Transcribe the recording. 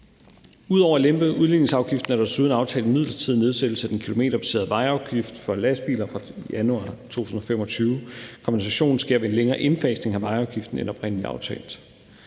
Ud over at lempe udligningsafgiften er der desuden aftalt en midlertidig nedsættelse af den kilometerbaserede vejafgift for lastbiler fra januar 2025. Kompensationen sker ved en længere indfasning af vejafgiften end oprindelig aftalt.